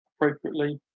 appropriately